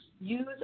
use